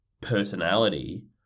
personality